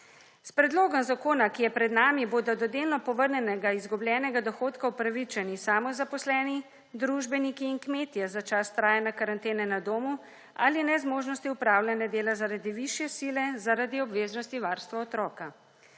S predlogom zakona, ki je pred nami bodo do delnega izgubljenega dohodka upravičeni samozaposleni družbeniki in kmetje za čas trajanja karantene na domu ali nezmožnostjo opravljanja dela zaradi višje sile zaradi obveznosti varstva otroka.